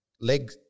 leg